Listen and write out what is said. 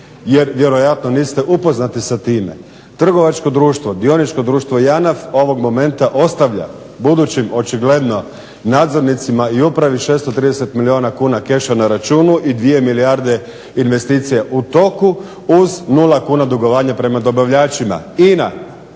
jer vjerojatno niste upoznati sa time. Trgovačko društvo d.d. JANAF ovog momenta ostavlja budućim očigledno nadzornicima i upravi 630 milijuna kuna keša na računu i 2 milijarde investicija u toku uz 0 kuna dugovanja prema dobavljačima. INA,